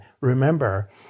remember